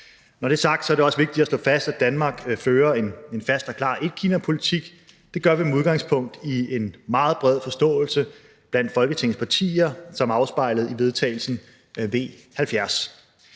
Når det er sagt, er det også vigtigt at slå fast, at Danmark fører en fast og klar etkinapolitik. Det gør vi med udgangspunkt i en meget bred forståelse blandt Folketingets partier, som er afspejlet i forslag til